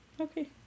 Okay